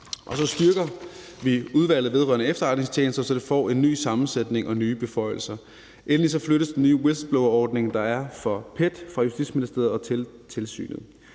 Så styrker vi Udvalget vedrørende Efterretningstjenesterne, så det får en ny sammensætning og nye beføjelser. Endelig flyttes den nye whistleblowerordning, der er for PET fra Justitsministeriet og til tilsynet.